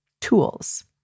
tools